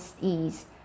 ease